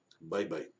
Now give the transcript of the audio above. Bye-bye